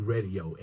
Radio